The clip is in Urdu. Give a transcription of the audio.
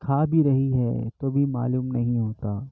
کھا بھی رہی ہے تو بھی معلوم نہیں ہوتا